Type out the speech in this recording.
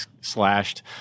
slashed